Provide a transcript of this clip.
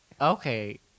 Okay